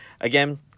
Again